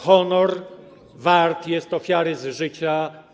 Honor wart jest ofiary z życia.